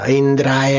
indra